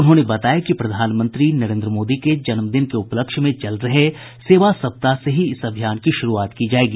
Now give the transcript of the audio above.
उन्होंने बताया कि प्रधानमंत्री नरेन्द्र मोदी के जन्मदिन के उपलक्ष्य में चल रहे सेवा सप्ताह से ही इस अभियान की शुरूआत की जायेगी